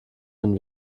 den